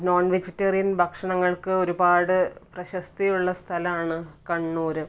non vegetarian ഭക്ഷണങ്ങൾക്ക് ഒരുപാട് പ്രശസ്തിയുള്ള സ്ഥലമാണ് കണ്ണൂർ